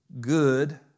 good